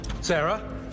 Sarah